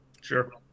sure